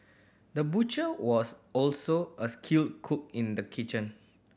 the butcher was also a skilled cook in the kitchen